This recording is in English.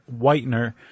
whitener